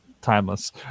timeless